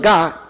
God